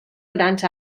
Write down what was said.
grans